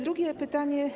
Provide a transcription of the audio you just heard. Drugie pytanie.